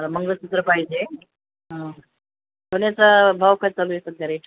मंगळसूत्र पाहिजे आहे सोन्याचा भाव काय चालू आहे सध्या रेट